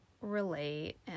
relate